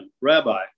Rabbi